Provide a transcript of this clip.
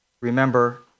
remember